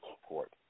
support